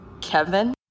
kevin